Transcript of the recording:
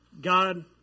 God